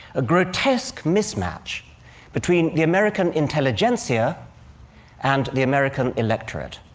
a grotesque mismatch between the american intelligentsia and the american electorate.